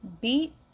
beat